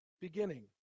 beginning